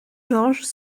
georges